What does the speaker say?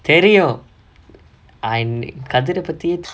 தெரியும்:theriyum I'm kathir ah பத்தியே:paththiyae